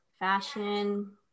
Fashion